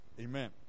amen